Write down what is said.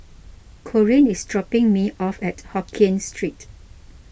Corene is dropping me off at Hokien Street